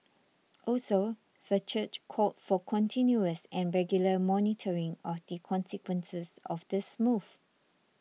also the church called for continuous and regular monitoring of the consequences of this move